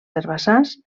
herbassars